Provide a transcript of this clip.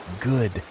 good